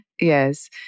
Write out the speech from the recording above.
Yes